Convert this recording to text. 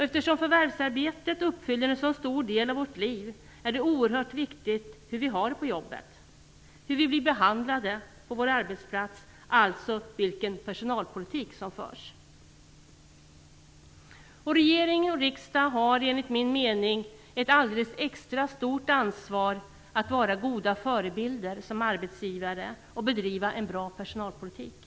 Eftersom förvärvsarbetet uppfyller en så stor del av vårt liv är det oerhört viktigt hur vi har det på jobbet och hur vi blir behandlade på vår arbetsplats - alltså vilken personalpolitik som förs. Regering och riksdag har, enligt min mening, ett alldeles extra stort ansvar att vara goda förebilder som arbetsgivare och bedriva en bra personalpolitik.